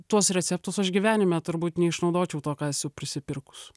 tuos receptus aš gyvenime turbūt neišnaudočiau to ką esu prisipirkus